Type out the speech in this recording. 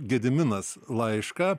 gediminas laišką